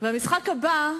המשחק הבא,